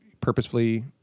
purposefully